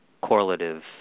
correlative